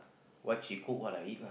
what she cook what I eat lah